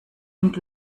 und